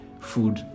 food